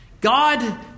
God